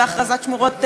והכרזת שמורות טבע,